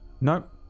nope